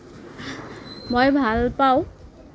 মই ভাল পাওঁ